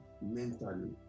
mentally